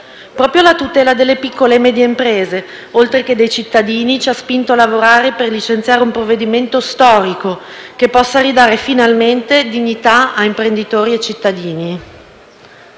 Proprio la tutela delle piccole e medie imprese, oltre che dei cittadini, ci ha spinto a lavorare per licenziare un provvedimento storico che possa ridare finalmente dignità a imprenditori e cittadini.